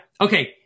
Okay